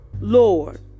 Lord